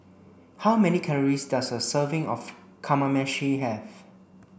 how many calories does a serving of Kamameshi have